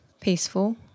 peaceful